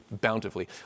bountifully